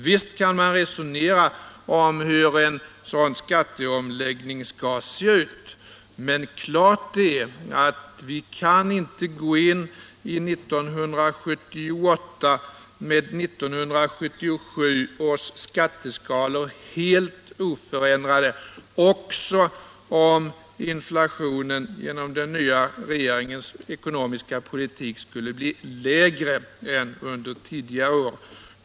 Visst kan man resonera om hur en sådan skatteomläggning skall se ut, men klart är att vi inte kan gå in i 1978 med 1977 års skatteskalor helt oförändrade, också om inflationen genom den nya regeringens ekonomiska politik skulle bli lägre än under tidigare år.